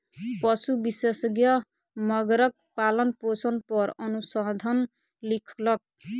पशु विशेषज्ञ मगरक पालनपोषण पर अनुसंधान लिखलक